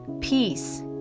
peace